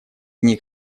них